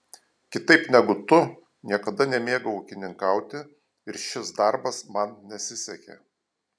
kitaip negu tu niekada nemėgau ūkininkauti ir šis darbas man nesisekė